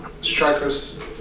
strikers